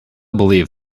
believed